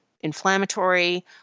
inflammatory